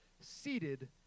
seated